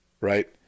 right